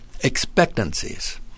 expectancies